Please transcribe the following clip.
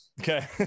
Okay